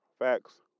Facts